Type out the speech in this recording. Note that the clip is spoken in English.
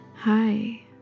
Hi